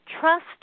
trust